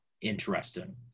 interesting